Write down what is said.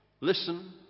listen